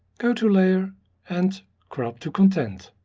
go to layer and crop to content.